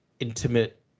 intimate